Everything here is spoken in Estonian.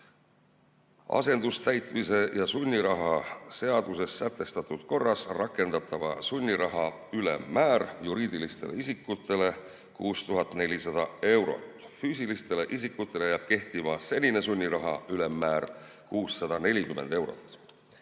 asendustäitmise ja sunniraha seaduses sätestatud korras rakendatava sunniraha ülemmäär juriidilistele isikutele 6400 eurot. Füüsilistele isikutele jääb kehtima senine sunniraha ülemmäär, 640 eurot.